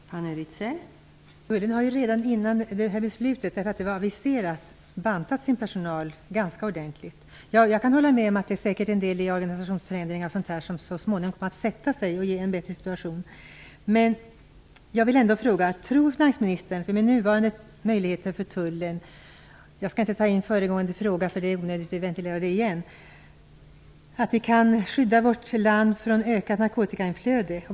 Fru talman! Tullen hade redan innan det här var aviserat bantat sin organisation ganska ordentligt. Jag kan hålla med om att det gäller en del organisationsförändringar som så småningom kommer att sätta sig så att vi får en bättre situation. Men jag vill ändå fråga: Tror finansministern att vi med nuvarande möjligheter för tullen - jag skall inte ta in föregående fråga, för det är onödigt att ventilera den igen - kan skydda vårt land från ökat narkotikainflöde?